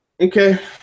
Okay